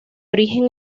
origen